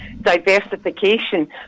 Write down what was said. diversification